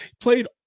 played